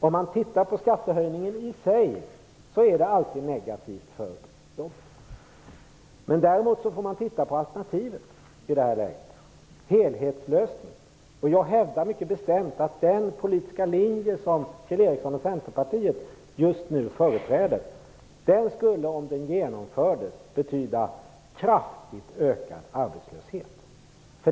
När man ser på skattehöjningar i sig är de alltid negativa för jobben. Däremot får man titta på alternativet, helhetslösningen. Jag hävdar mycket bestämt att den politiska linje som Kjell Ericsson och Centern just nu företräder skulle, om den genomfördes, betyda kraftigt ökad arbetslöshet.